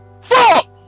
Fuck